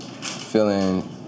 feeling